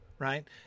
Right